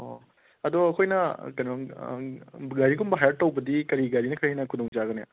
ꯑꯣ ꯑꯗꯣ ꯑꯩꯈꯣꯏꯅ ꯀꯩꯅꯣꯝ ꯒꯥꯔꯤꯒꯨꯝꯕ ꯍꯥꯌꯔ ꯇꯧꯕꯗꯤ ꯀꯔꯤ ꯒꯥꯔꯤꯅ ꯈꯔ ꯍꯦꯟꯅ ꯈꯨꯗꯣꯡꯆꯥꯒꯅꯤ